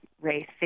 race